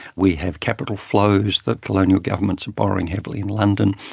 we have capital flows, the colonial governments are borrowing heavily in london,